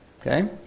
okay